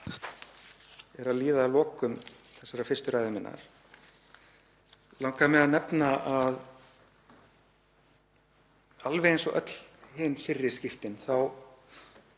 er að líða að lokum þessarar fyrstu ræðu minnar langaði mig að nefna að alveg eins og öll hin fyrri skiptin þá